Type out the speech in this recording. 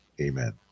Amen